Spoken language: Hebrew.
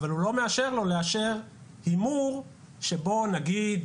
אבל הוא לא מאשר לו לאשר הימור שבו נגיד